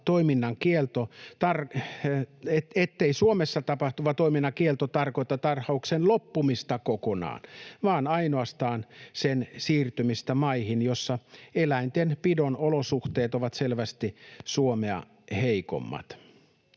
ettei Suomessa tapahtuva toiminnan kielto tarkoita tarhauksen loppumista kokonaan vaan ainoastaan sen siirtymistä maihin, joissa eläintenpidon olosuhteet ovat selvästi Suomea heikommat.